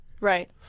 Right